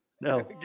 No